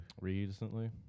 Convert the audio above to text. recently